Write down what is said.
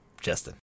justin